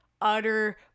utter